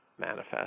manifest